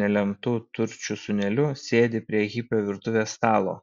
nelemtu turčių sūneliu sėdi prie hipio virtuvės stalo